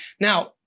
Now